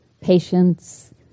patience